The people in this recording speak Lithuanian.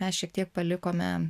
mes šiek tiek palikome